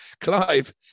Clive